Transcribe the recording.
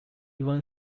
even